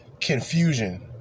confusion